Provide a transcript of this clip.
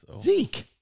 Zeke